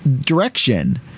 direction